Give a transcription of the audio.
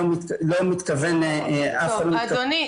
אני לא מתכוון -- אדוני,